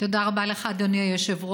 תודה רבה לך, אדוני היושב-ראש.